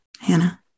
Hannah